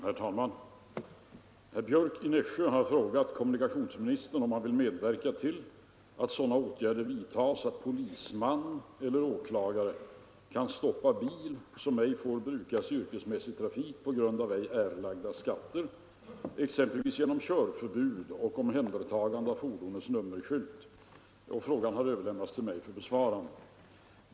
Herr talman! Herr Björck i Nässjö har frågat kommunikationsministern om han vill medverka till att sådana åtgärder vidtages att polisman och/eller åklagare kan stoppa bil som ej får brukas i yrkesmässig trafik på grund av ej erlagda skatter exempelvis genom körförbud och omhändertagande av fordonets nummerskylt. Frågan har överlämnats till mig för besvarande.